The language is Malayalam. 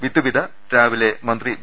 വിത്ത് വിത രാവിലെ മന്ത്രി വി